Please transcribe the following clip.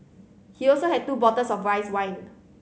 he also had two bottles of rice wine